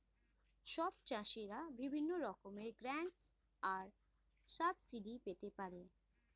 সব চাষীরা বিভিন্ন রকমের গ্র্যান্টস আর সাবসিডি পেতে পারে